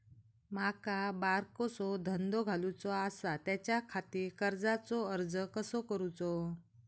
माका बारकोसो धंदो घालुचो आसा त्याच्याखाती कर्जाचो अर्ज कसो करूचो?